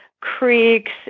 creeks